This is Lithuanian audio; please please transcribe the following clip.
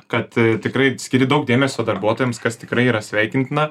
kad tikrai skiri daug dėmesio darbuotojams kas tikrai yra sveikintina